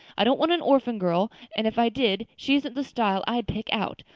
i don't want an orphan girl and if i did she isn't the style i'd pick out.